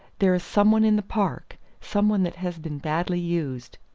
there is some one in the park some one that has been badly used.